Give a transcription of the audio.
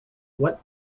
what